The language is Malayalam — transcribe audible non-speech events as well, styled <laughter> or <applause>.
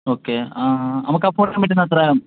ഓക്കെ നമുക്ക് അപ്പോൾ <unintelligible> കിലോമീറ്ററിന് എത്രയാ